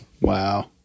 wow